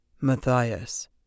Matthias